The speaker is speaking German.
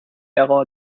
ära